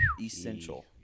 essential